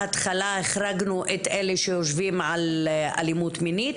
בהתחלה החרגנו את אלה שיושבים על אלימות מינית,